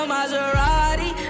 Maserati